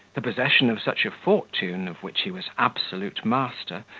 the possession of such a fortune, of which he was absolute master,